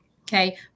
Okay